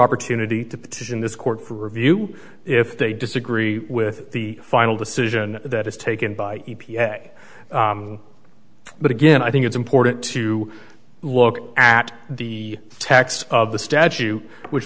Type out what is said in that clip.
opportunity to petition this court for review if they disagree with the final decision that is taken by e p a but again i think it's important to look at the text of the statue which